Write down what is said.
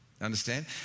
Understand